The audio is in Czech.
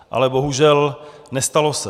Ale bohužel nestalo se.